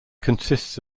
consists